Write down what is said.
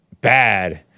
bad